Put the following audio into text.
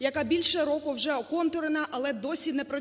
яка більше року вже оконтурена, але досі не працює.